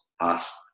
asked